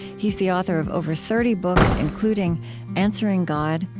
he is the author of over thirty books including answering god,